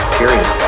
period